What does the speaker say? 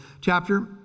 chapter